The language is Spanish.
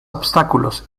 obstáculos